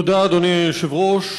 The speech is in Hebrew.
תודה, אדוני היושב-ראש.